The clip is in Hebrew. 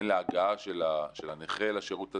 הן להגעה של הנכה לשירות הזה.